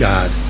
God